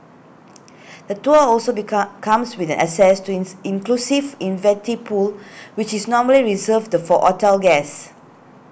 the tour also become comes with an access to in inclusive infinity pool which is normally reserved for hotel guests